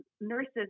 nurses